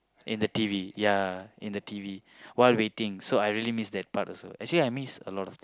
in the T_V ya in the T_V while waiting so I really miss that part also actually I miss a lot of thing